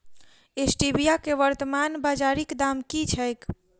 Stevia केँ वर्तमान बाजारीक दाम की छैक?